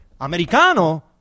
Americano